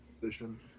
position